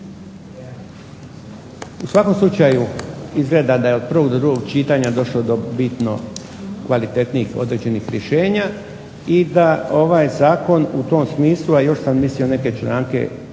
U svakom slučaju izgleda da je od prvog do drugog čitanja došlo do bitno kvalitetnijih određenih rješenja i da ovaj Zakon u tom smislu, a još sam mislio neke članke,